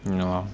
yeah